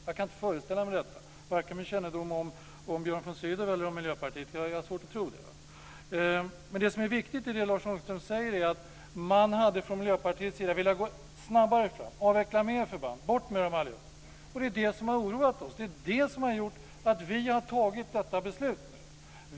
Jag kan inte föreställa mig detta vare sig med kännedom om Björn von Sydow eller om Miljöpartiet. Jag har svårt att tro det. Det som är viktigt i det som Lars Ångström säger är att man från Miljöpartiets sida hade velat gå snabbare fram, avveckla fler förband, ta bort dem allihop. Det är det som har oroat oss. Det är det som har gjort att vi har fattat detta beslut.